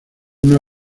una